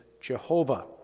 Jehovah